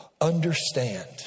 Understand